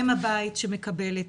אם הבית שמקבלת,